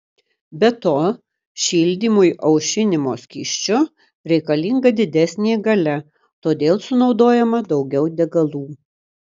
be to šildymui aušinimo skysčiu reikalinga didesnė galia todėl sunaudojama daugiau degalų